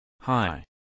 Hi